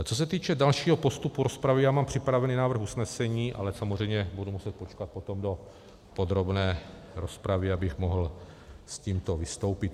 Co se týče dalšího postupu rozpravy, mám připravený návrh usnesení, ale samozřejmě budu muset počkat do podrobné rozpravy, abych mohl s tímto vystoupit.